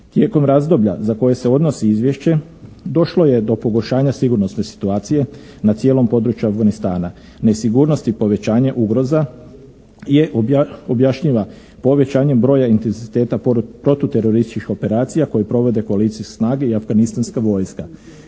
Tijekom razdoblja za koje se odnosi izvješće došlo je do pogoršanja sigurnosne situacije na cijelom području Afganistana, nesigurnost i povećanje ugroza je objašnjiva povećanjem broj intenziteta protuterorističkih operacija koje provode … /Govornik se ne razumije./ snage i afganistanska vojska.